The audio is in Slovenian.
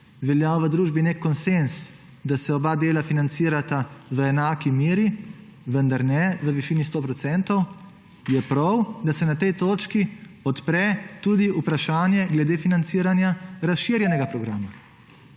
veljal v družbi nek konsenz, da se oba dela financirata v enaki meri, vendar ne v višini 100 %, je prav, da se na tej točki odpre tudi vprašanje glede financiranja razširjenega programa,